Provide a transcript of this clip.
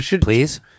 please